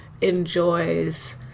enjoys